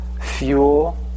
fuel